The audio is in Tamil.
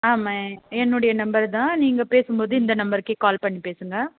ஆமாம் என்னுடைய நம்பர் தான் நீங்கள் பேசும்போது இந்த நம்பருக்கே கால் பண்ணி பேசுங்கள்